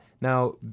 Now